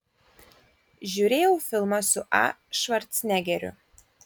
žiūrėjau filmą su a švarcnegeriu